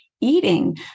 eating